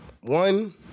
One